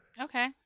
Okay